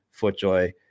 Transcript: FootJoy